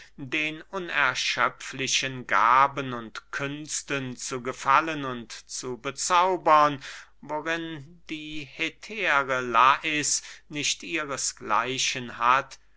den unerschöpflichen gaben und künsten zu gefallen und zu bezaubern worin die hetäre lais nicht ihresgleichen hat